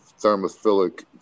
thermophilic